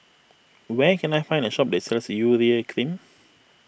where can I find a shop is sells Urea Cream